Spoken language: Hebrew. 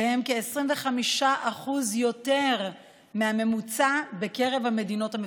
שהם כ-25% יותר מהממוצע ברב המדינות המפותחות.